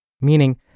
meaning